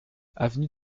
avenue